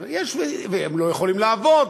והם לא יכולים לעבוד,